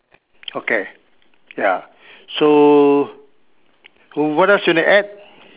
okay ya so what else you want to add